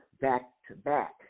back-to-back